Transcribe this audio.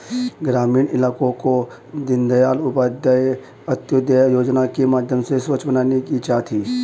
ग्रामीण इलाकों को दीनदयाल उपाध्याय अंत्योदय योजना के माध्यम से स्वच्छ बनाने की चाह थी